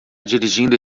dirigindo